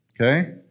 Okay